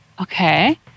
Okay